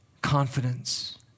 confidence